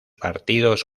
partidos